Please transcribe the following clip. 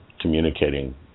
communicating